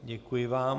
Děkuji vám.